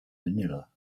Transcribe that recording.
manila